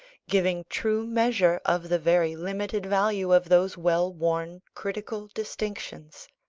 giving true measure of the very limited value of those well-worn critical distinctions.